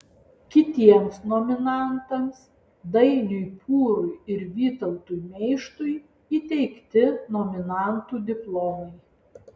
kitiems nominantams dainiui pūrui ir vytautui meištui įteikti nominantų diplomai